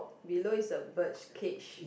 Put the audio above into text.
below is a bird's cage